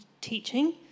teaching